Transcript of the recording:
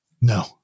No